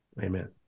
Amen